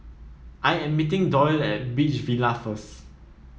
I am meeting Doyle at Beach Villas first